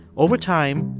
over time,